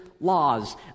laws